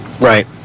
Right